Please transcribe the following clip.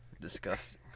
Disgusting